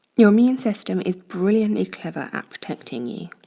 your immune system is brilliantly clever at protecting you.